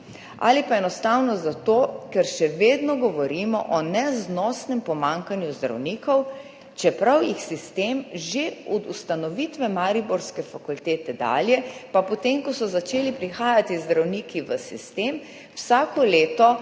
ali pa enostavno zato, ker še vedno govorimo o neznosnem pomanjkanju zdravnikov, čeprav jih sistem že od ustanovitve mariborske fakultete dalje, pa potem ko so začeli prihajati zdravniki v sistem, vsako leto